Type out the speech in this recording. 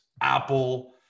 Apple